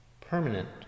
permanent